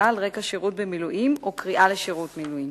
על רקע שירות במילואים או קריאה לשירות מילואים.